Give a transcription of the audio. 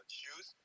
shoes